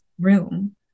room